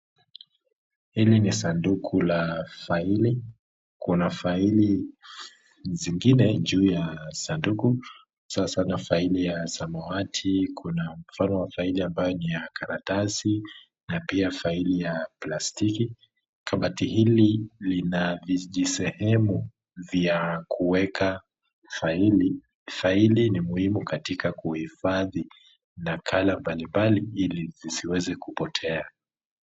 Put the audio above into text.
Hili ni sanduku la faili, kuna faili zingine juu ya sanduku. Hasa sana faili ya samawati, kuna mfano wa faili ambayo ni ya karatasi ,na pia faili ya plastiki. Kabati hili lina vijisehemu vya kuweka faili, faili ni muhimu katika kuhifadhi nakala mbalimbali ili siziweze kupotea.